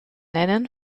nennen